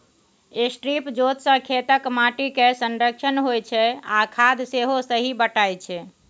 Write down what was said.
strip जोत सँ खेतक माटि केर संरक्षण होइ छै आ खाद सेहो सही बटाइ छै